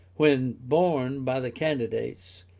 when borne by the candidates,